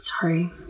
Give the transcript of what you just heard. Sorry